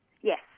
Yes